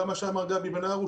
גם מה שאמר גבי בן הרוש,